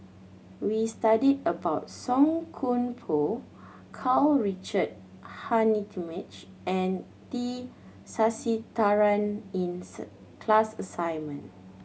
we studied about Song Koon Poh Karl Richard Hanitsch and T Sasitharan in sir class assignment